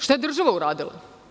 Šta je država uradila?